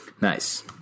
Nice